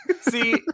See